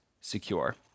secure